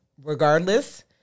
regardless